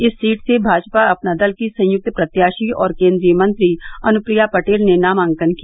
इस सीट से भाजप अपना दल की संयुक्त प्रत्याशी और केन्द्रीय मंत्री अनुप्रिया पटेल ने नामांकन किया